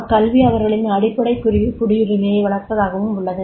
அக்கல்வி அவர்களின் அடிப்படை குடியுரிமையை வளர்ப்பதாகவும் உள்ளது